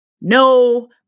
No